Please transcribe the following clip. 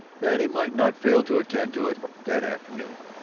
that he might not fail to attend to it that afternoon.